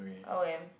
r_o_m